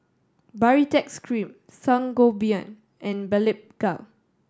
Baritex Cream Sangobion and Blephagel